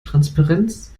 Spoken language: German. transparenz